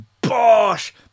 bosh